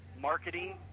marketing